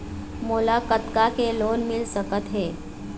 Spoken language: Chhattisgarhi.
मोला कतका के लोन मिल सकत हे?